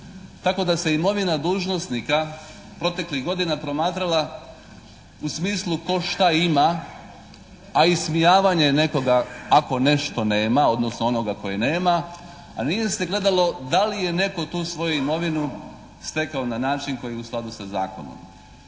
Tako da se imovina dužnosnika proteklih godina promatrala u smislu tko šta ima, a ismijavanje nekoga ako nešto nema, odnosno onoga koji nema, a nije se gledalo da li je netko tu svoju imovinu stekao na način koji je u skladu sa zakonom.